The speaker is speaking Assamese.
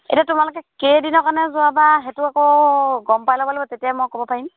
এতিয়া তোমালোকে কেইদিনৰ কাৰণে যোৱাাবা সেইটো আকৌ গম পাই ল'ব লাগিব তেতিয়াই মই ক'ব পাৰিম